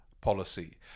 policy